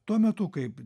tuo metu kaip